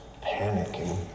panicking